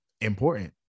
important